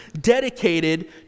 dedicated